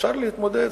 ואפשר להתמודד,